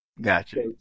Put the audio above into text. Gotcha